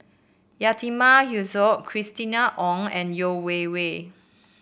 Yatiman Yusof Christina Ong and Yeo Wei Wei